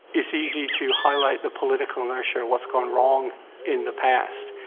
it's easy to highlight the political inertia, what's gone wrong in the past,